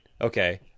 okay